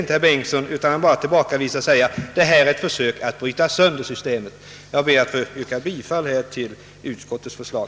Han vill emellertid inte göra detta utan tillbakavisar resonemanget och säger att det är ett försök att bryta sönder systemet. Herr talman! Jag ber att få yrka bifall till utskottets förslag.